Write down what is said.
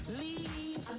leave